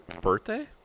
birthday